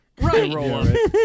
Right